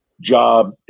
job